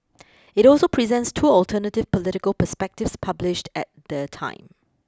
it also presents two alternative political perspectives published at the time